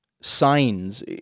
signs